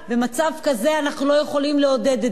במצב כזה אנחנו לא יכולים לעודד את זה.